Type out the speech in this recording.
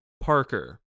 Parker